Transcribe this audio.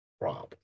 problem